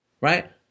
Right